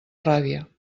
ràbia